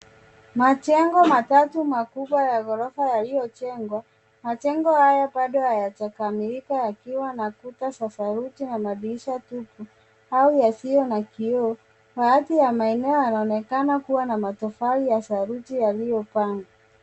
Majengo matatu makubwa ya gorofa yaliyojengwa majengo haya bado hayajakamilika yakiwa na kuta za saruji na madirisha tupu au yasiyo na kioo. Baadhi ya maeneo yanaonekana kuwa na matofali ya saruji yaliyofanana.